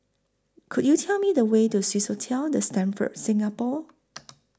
Could YOU Tell Me The Way to Swissotel The Stamford Singapore